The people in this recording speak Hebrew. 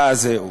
אני